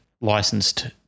licensed